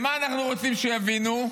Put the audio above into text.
מה אנחנו רוצים שיבינו?